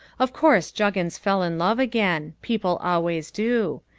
of course juggins fell in love again. people always do.